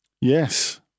Yes